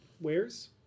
wares